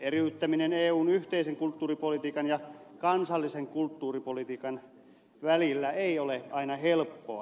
eriyttäminen eun yhteisen kulttuuripolitiikan ja kansallisen kulttuuripolitiikan välillä ei ole aina helppoa